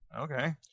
Okay